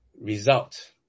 result